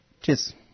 Cheers